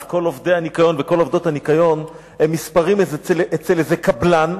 כל עובדי הניקיון וכל עובדות הניקיון הם מספרים אצל איזה קבלן,